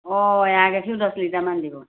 অঁ এৱাঁ গাখীৰও দহ লিটাৰ মান দিব